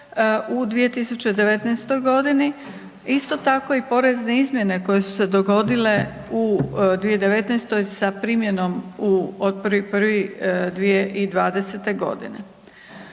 u 2019. godini. Isto tako i porezne izmjene koje su se dogodile u 2019. sa primjenom od 1.1.2020. godine,